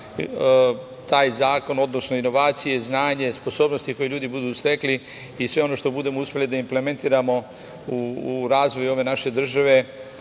Taj zakon, odnosno inovacije, znanje, sposobnosti koje ljudi budu stekli i sve ono što budemo uspeli da implementiramo u razvoj ove naše države